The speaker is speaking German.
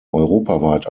europaweit